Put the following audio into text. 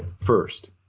first